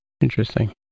Interesting